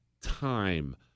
time